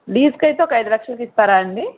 లీజుకి అయితే ఒక ఐదులక్షలకి ఇస్తారా అండి